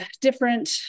different